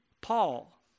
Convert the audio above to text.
Paul